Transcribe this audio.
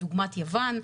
כדוגמת יוון,